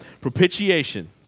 Propitiation